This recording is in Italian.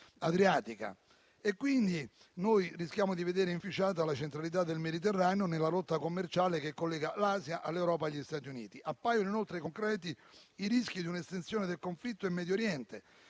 adriatica. Noi rischiamo, dunque, di vedere inficiata la centralità del Mediterraneo nella rotta commerciale che collega l'Asia all'Europa e agli Stati Uniti. Appaiono, inoltre, concreti i rischi di un'estensione del conflitto in Medio Oriente,